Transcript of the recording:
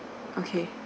okay